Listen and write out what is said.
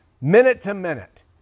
minute-to-minute